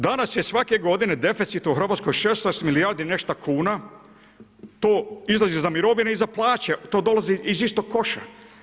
Danas je svake godine deficit u Hrvatskoj 16 milijardi i nešta kuna, to izlazi za mirovine i za plaće, to dolazi iz istog koša.